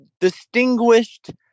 Distinguished